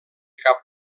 cap